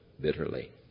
bitterly